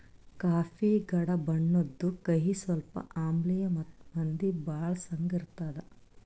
coffee ಗಾಢ ಬಣ್ಣುದ್, ಕಹಿ, ಸ್ವಲ್ಪ ಆಮ್ಲಿಯ ಮತ್ತ ಮಂದಿ ಬಳಸಂಗ್ ಇರ್ತದ